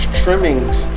trimmings